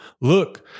look